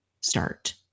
start